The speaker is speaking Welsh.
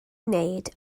wneud